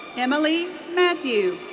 emily mathew.